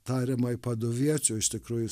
tariamai paduviečio iš tikrųjų